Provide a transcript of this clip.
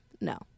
No